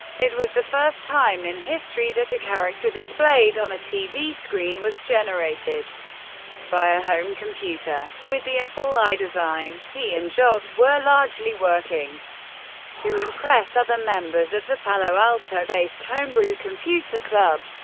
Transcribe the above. it was the first time in history that a character displayed on a tv screen was generated by a home computer. with the apple i design, he and jobs were largely working to impress other members of the palo alto-based homebrew computer club,